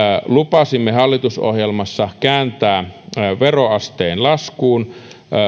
lupasimme hallitusohjelmassa kääntää veroasteen laskuun